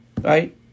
right